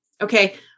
Okay